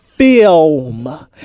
film